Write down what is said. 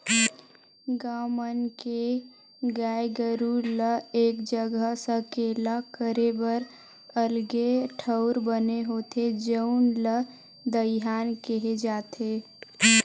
गाँव मन के गाय गरू ल एक जघा सकेला करे बर अलगे ठउर बने होथे जउन ल दईहान केहे जाथे